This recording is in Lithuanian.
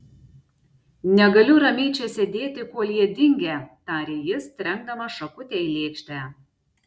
negaliu ramiai čia sėdėti kol jie dingę tarė jis trenkdamas šakutę į lėkštę